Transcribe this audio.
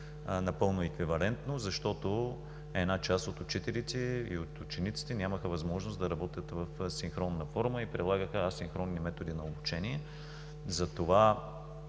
напълно еквивалентно, защото една част от учителите и от учениците нямаха възможност да работят в синхронна форма и прилагаха асинхронни методи на обучение. Затова